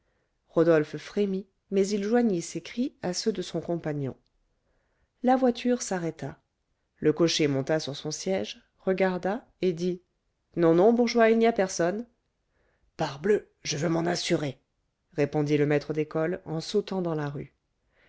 rodolphe frémit mais il joignit ses cris à ceux de son compagnon la voiture s'arrêta le cocher monta sur son siège regarda et dit non non bourgeois il n'y a personne parbleu je veux m'en assurer répondit le maître d'école en sautant dans la rue